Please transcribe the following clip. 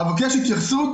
אבקש התייחסות